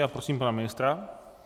A prosím pana ministra.